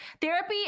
therapy